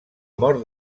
mort